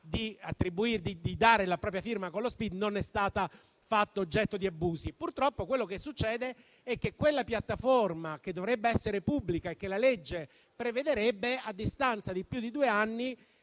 di dare la propria firma con lo Spid non è stata fatta oggetto di abusi. Purtroppo, quello che succede è che quella piattaforma, che dovrebbe essere pubblica e che la legge prevede, a distanza di più di due anni